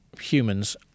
humans